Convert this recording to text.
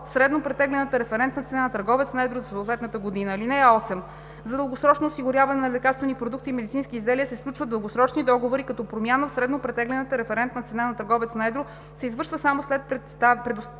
среднопретеглената референтна цена на търговец на едро за съответната година. (8) За дългосрочно осигуряване на лекарствени продукти и медицински изделия се сключват дългосрочни договори, като промяна в „Среднопретеглената референтна цена на търговец на едро“ се извършва само след представянето